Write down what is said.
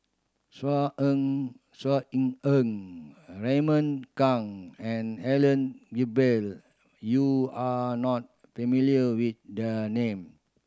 Saw En Saw Raymond Kang and Helen Gilbey you are not familiar with the name